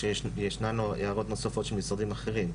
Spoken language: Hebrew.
שישנן הערות נוספות של משרדים אחרים.